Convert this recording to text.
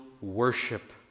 worship